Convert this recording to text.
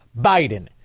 Biden